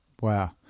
Wow